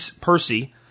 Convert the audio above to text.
Percy